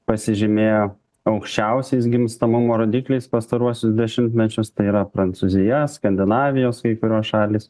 pasižymėjo aukščiausiais gimstamumo rodikliais pastaruosius dešimtmečius tai yra prancūzija skandinavijos kai kurios šalys